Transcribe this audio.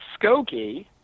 Skokie